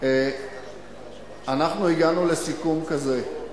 אנחנו הגענו לסיכום כזה: